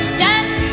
Stand